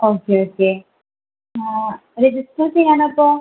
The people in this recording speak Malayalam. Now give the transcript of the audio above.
ഓക്കെ ഓക്കെ രജിസ്റ്റർ ചെയ്യാൻ അപ്പോൾ